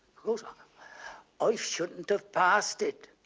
but i shouldn't have passed it.